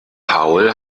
paul